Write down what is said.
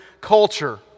culture